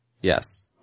Yes